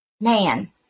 man